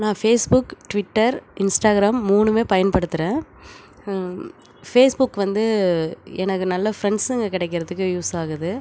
நான் Facebook Twitter Instagram மூணுமே பயன்படுத்துகிறேன் ஃபேஸ்புக் வந்து எனக்கு நல்ல ஃப்ரெண்ட்ஸுங்க கிடைக்கிறதுக்கு யூஸ் ஆகுது